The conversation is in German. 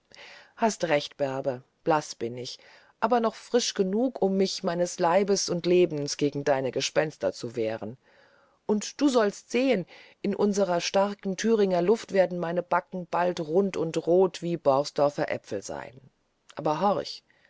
hast recht bärbe blaß bin ich aber doch frisch genug um mich meines leibes und lebens gegen deine gespenster zu wehren und du sollst sehen in unserer starken thüringer luft werden meine backen bald rund und rot wie borsdorfer aepfel sein aber horch